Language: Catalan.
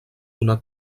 donar